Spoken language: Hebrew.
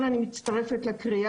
אני כן מבקשת להצטרף לדברים ולומר,